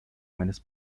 meines